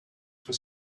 for